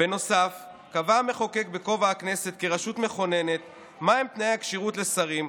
בנוסף קבע המחוקק בכובע הכנסת כרשות מכוננת מהם תנאי הכשירות לשרים,